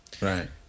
Right